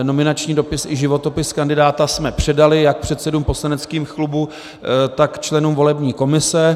Nominační dopis i životopis kandidáta jsme předali jak předsedům poslaneckých klubů, tak členům volební komise.